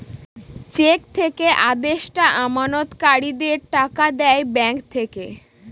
check থেকে আদেষ্টা আমানতকারীদের টাকা দেয় ব্যাঙ্ক থেকে